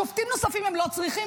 שופטים נוספים הם לא צריכים,